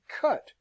cut